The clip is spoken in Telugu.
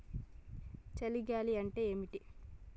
చలి గాలి అంటే ఏమిటి?